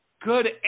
Good